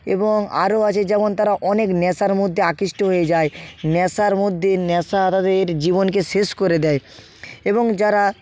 এবং আরও আছে যেমন তারা অনেক নেশার মধ্যে আকৃষ্ট হয়ে যায় নেশার মধ্যে নেশা তাদের জীবনকে শেষ করে দেয় এবং যারা